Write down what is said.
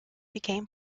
became